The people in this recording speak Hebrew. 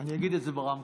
אני אגיד את זה ברמקול,